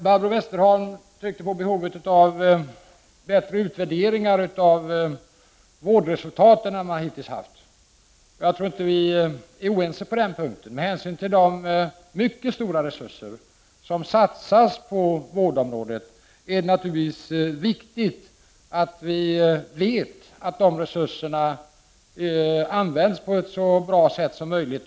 Barbro Westerholm tryckte på behovet av bättre utvärderingar av vårdresultatet än vad som hittills har varit fallet. Jag tror inte att vi är oense på den punkten. Med hänsyn till de mycket stora resurser som satsas på vårdområdet är det naturligtvis viktigt att vi vet att dessa resurser används på ett så bra sätt som möjligt.